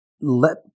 let